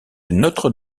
notre